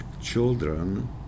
children